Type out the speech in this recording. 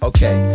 Okay